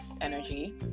energy